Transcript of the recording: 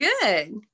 Good